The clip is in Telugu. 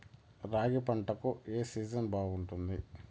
రాగి పంటకు, ఏ సీజన్ బాగుంటుంది?